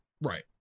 right